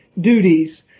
duties